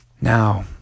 Now